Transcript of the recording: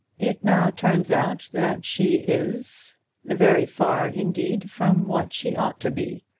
it now turns out that she is very far, indeed, from what she ought to be.